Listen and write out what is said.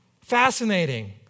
Fascinating